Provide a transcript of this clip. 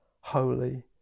holy